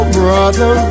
brother